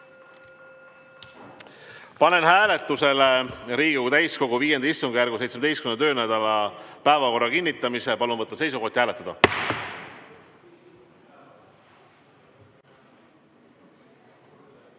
Panen hääletusele Riigikogu täiskogu V istungjärgu 17. töönädala päevakorra kinnitamise. Palun võtta seisukoht ja hääletada!